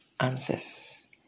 answers